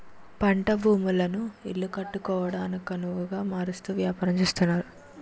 పంట భూములను ఇల్లు కట్టుకోవడానికొనవుగా మారుస్తూ వ్యాపారం చేస్తున్నారు